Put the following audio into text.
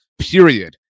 period